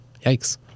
yikes